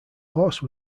horse